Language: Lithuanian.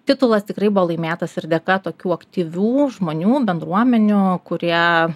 titulas tikrai buvo laimėtas ir dėka tokių aktyvių žmonių bendruomenių kurie